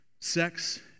sex